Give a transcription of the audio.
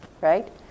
right